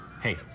hey